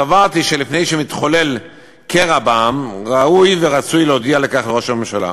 סברתי שלפני שמתחולל קרע בעם ראוי ורצוי להודיע על כך לראש הממשלה.